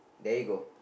there you go